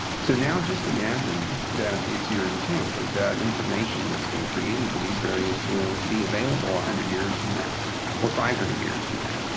so now just imagine that it's your intent that that information that's been created by these various tools be available one hundred years from now or five hundred years from now.